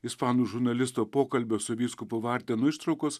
ispanų žurnalisto pokalbio su vyskupu vardenu ištraukos